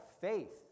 faith